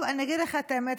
אני אגיד לך את האמת,